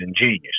ingenious